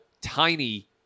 tiny